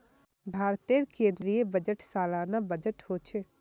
भारतेर केन्द्रीय बजट सालाना बजट होछे